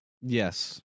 Yes